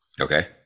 okay